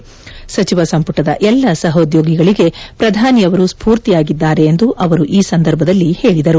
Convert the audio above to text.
ಸ ಸಚಿವ ಸಂಪುಟದ ಎಲ್ಲ ಸಹೋದ್ಯೋಗಿಗಳಿಗೆ ಪ್ರಧಾನಿ ಅವರು ಸ್ಪೂರ್ತಿಯಾಗಿದ್ದಾರೆ ಎಂದು ಅವರು ಈ ಸಂದರ್ಭದಲ್ಲಿ ಹೇಳಿದರು